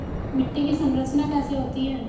मिट्टी की संरचना कैसे होती है?